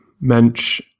Mensch